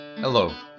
Hello